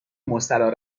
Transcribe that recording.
مستراح